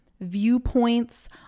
viewpoints